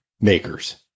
makers